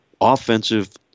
offensive